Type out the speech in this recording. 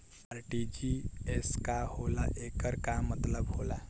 RTGS का होला एकर का मतलब होला?